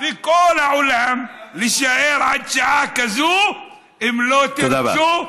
וכל העולם להישאר עד שעה כזאת: אם לא תרצו,